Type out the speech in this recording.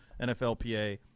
NFLPA